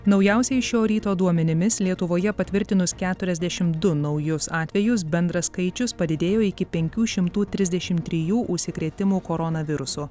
naujausiais šio ryto duomenimis lietuvoje patvirtinus keturiasdešimt du naujus atvejus bendras skaičius padidėjo iki penkių šimtų trisdešimt trijų užsikrėtimų koronavirusu